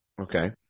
Okay